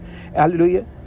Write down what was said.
hallelujah